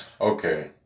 Okay